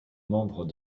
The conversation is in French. membres